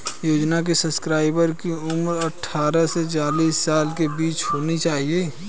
योजना के सब्सक्राइबर की उम्र अट्ठारह से चालीस साल के बीच होनी चाहिए